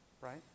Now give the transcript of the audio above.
Right